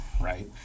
right